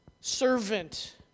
servant